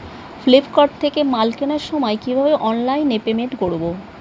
Flipkart থেকে মাল কেনার সময় কিভাবে অনলাইনে পেমেন্ট করব?